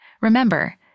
Remember